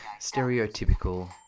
stereotypical